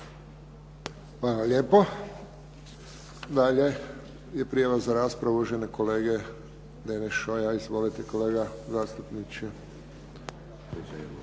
Hvala lijepo. Dalje je prijava za raspravu uvažene kolege Deneš Šoja. Izvolite kolega zastupniče.